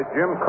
Jim